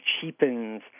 cheapens